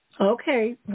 Okay